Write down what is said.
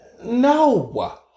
no